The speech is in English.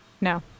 No